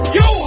yo